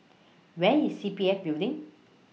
Where IS C P F Building